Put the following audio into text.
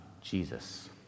Jesus